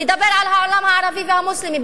נדבר על העולם הערבי והמוסלמי.